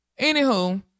anywho